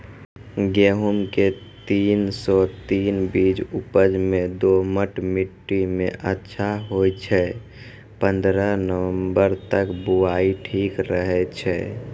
गेहूँम के तीन सौ तीन बीज उपज मे दोमट मिट्टी मे अच्छा होय छै, पन्द्रह नवंबर तक बुआई ठीक रहै छै